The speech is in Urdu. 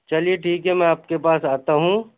چلیے ٹھیک ہے میں آپ کے پاس آتا ہوں